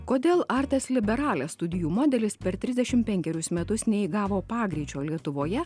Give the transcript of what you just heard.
kodėl artes liberales studijų modelis per trisdešim penkerius metus neįgavo pagreičio lietuvoje